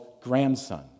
grandson